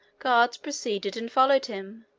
guards preceded and followed him,